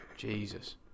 Jesus